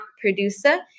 producer